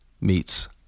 meets